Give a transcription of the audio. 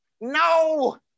No